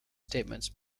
statements